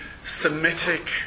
Semitic